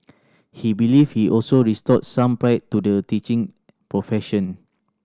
he believe he also restored some pride to the teaching profession